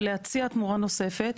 ולהציע תמורה נוספת,